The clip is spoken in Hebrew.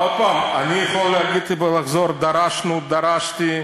עוד פעם, אני יכול להגיד ולחזור: דרשנו, דרשתי.